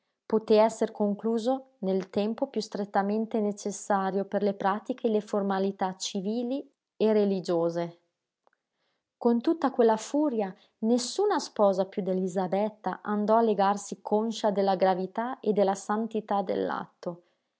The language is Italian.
poté esser concluso nel tempo piú strettamente necessario per le pratiche e le formalità civili e religiose con tutta quella furia nessuna sposa piú d'elisabetta andò a legarsi conscia della gravità e della santità